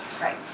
right